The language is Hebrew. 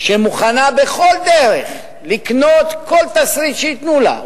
שמוכנה בכל דרך לקנות כל תסריט שייתנו לה,